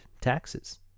taxes